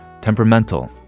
temperamental